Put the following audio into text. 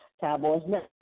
Cowboys